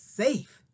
safe